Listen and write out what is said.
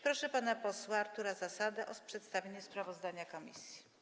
Proszę pana posła Artura Zasadę o przedstawienie sprawozdania komisji.